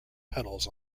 pedals